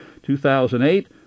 2008